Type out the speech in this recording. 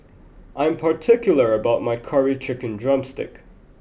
I am particular about my Curry Chicken Drumstick